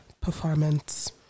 Performance